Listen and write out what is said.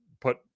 put